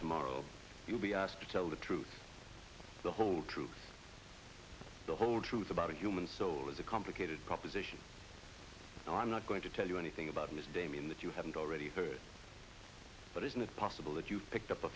tomorrow you'll be asked to tell the truth the whole truth the whole truth about a human soul is a complicated proposition and i'm not going to tell you anything about this damien that you haven't already heard but isn't it possible that you picked up a